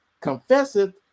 confesseth